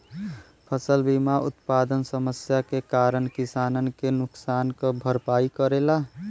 फसल बीमा उत्पादन समस्या के कारन किसानन के नुकसान क भरपाई करेला